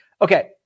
Okay